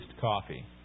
coffee